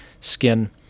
skin